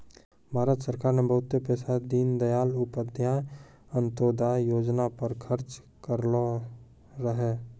भारत सरकार ने बहुते पैसा दीनदयाल उपाध्याय अंत्योदय योजना पर खर्च करलो रहै